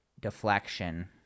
deflection